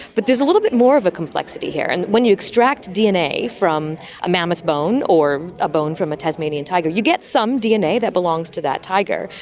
but there's a little bit more of a complexity here, and when you extract dna from a mammoth bone or a bone from a tasmanian tiger you get some dna that belongs to that tiger,